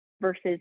versus